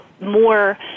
more